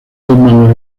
manuel